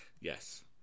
Yes